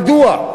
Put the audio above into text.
מדוע?